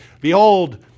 Behold